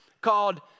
called